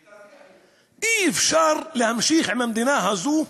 שתרוויחו, אי-אפשר להמשיך עם המדינה הזאת,